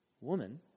Woman